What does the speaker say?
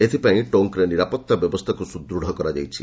ଏଥିପାଇଁ ଟୋଙ୍କ୍ରେ ନିରାପଭା ବ୍ୟବସ୍ଥାକୁ ସୁଦୃଢ଼ କରାଯାଇଛି